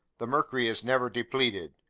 the mercury is never depleted.